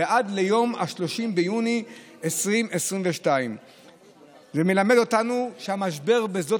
עד ליום 30 ביוני 2022. זה מלמד אותנו שהמשבר בשדות